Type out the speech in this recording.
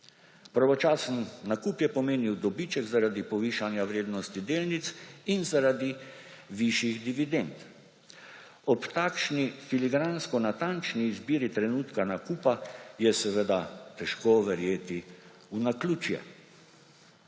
Pravočasen nakup je pomenil dobiček zaradi povišanja vrednosti delnic in zaradi višjih dividend. Ob takšni filigransko natančni izbiri trenutka nakupa je seveda težko verjeti v naključja.